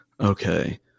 Okay